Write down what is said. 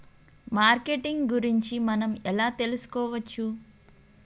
Marketing గురించి మనం ఎలా తెలుసుకోవచ్చు?